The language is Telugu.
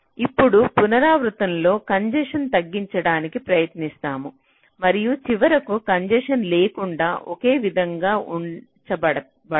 ఇప్పుడు పునరావృతంతో కంజెసెన్ తగ్గించడానికి ప్రయత్నిస్తాము మరియు చివరకు కంజెసెన్ లేకుండా ఒకే విధంగా ఉంచబడవు